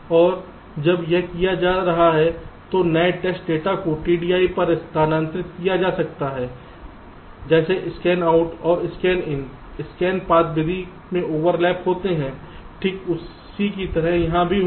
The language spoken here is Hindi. और जब यह किया जा रहा है तो नए टेस्ट डेटा को TDI पर स्थानांतरित किया जा सकता है जैसे स्कैन आउट और स्कैन इन स्कैन पाथ विधि में ओवरलैप होते हैं ठीक उसी की तरह यहां भी होगा